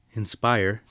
inspire